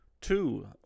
Two